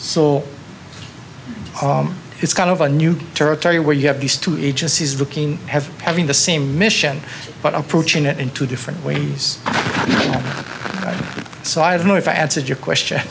so it's kind of a new territory where you have these two agencies looking have having the same mission but approaching it in two different ways so i don't know if i had said your question